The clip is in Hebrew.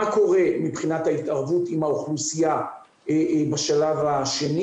מה קורה מבחינת ההתערבות עם האוכלוסייה בשלב השני